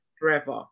forever